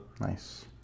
nice